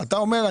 אומר,